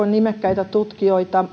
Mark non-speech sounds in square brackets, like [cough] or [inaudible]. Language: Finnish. [unintelligible] nimekkäitä tutkijoita [unintelligible]